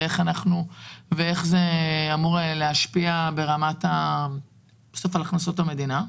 השאלה איך זה אמור להשפיע על הכנסות המדינה,